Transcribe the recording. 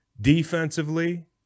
Defensively